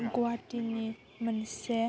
गुवाहाटिनि मोनसे